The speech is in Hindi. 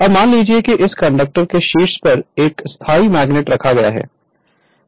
अब मान लीजिए कि इस कंडक्टर के शीर्ष पर एक स्थायी मैग्नेट रखा गया है